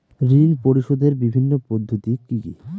ঋণ পরিশোধের বিভিন্ন পদ্ধতি কি কি?